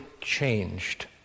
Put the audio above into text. changed